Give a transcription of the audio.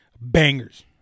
Bangers